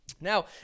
Now